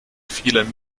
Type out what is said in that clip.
vielen